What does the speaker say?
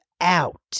out